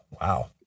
wow